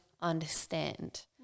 understand